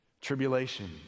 tribulation